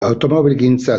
automobilgintza